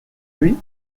lui